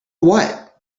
what